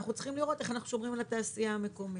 אנחנו צריכים לראות איך אנחנו שומרים על התעשייה המקומית.